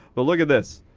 but look at this.